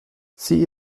sie